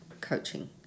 coaching